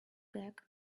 gag